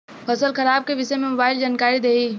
फसल खराब के विषय में मोबाइल जानकारी देही